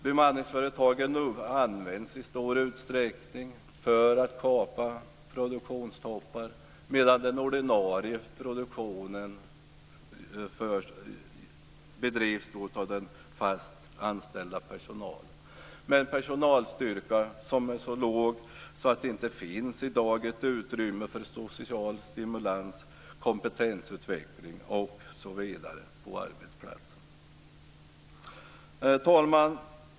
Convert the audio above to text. Bemanningsföretagen används i stor utsträckning för att kapa produktionstoppar, medan den ordinarie produktionen sköts av de fast anställa, med en personalstyrka som är så låg att det i dag inte finns utrymme för social stimulans, kompetensutveckling osv. på arbetsplatsen. Fru talman!